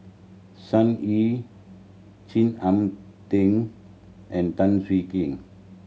Sun Yee Chin Arn Ting and Tan Swie Kian